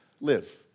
live